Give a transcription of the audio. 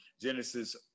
Genesis